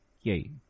Yay